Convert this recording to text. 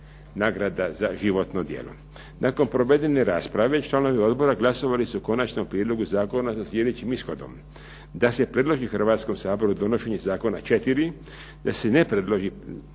Hrvatskom saboru donošenje zakona 4, da se ne predloži